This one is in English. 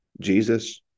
Jesus